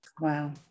Wow